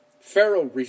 Pharaoh